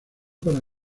para